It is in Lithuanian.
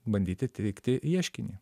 bandyti teikti ieškinį